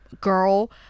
girl